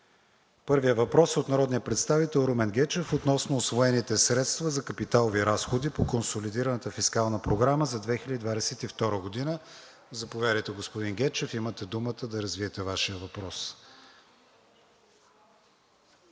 Първият въпрос е от народния представител Румен Гечев относно усвоените средства за капиталови разходи по консолидираната фискална програма за 2022 г. Заповядайте, господин Гечев – имате думата, за да развиете Вашия въпрос.